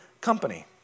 company